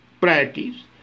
priorities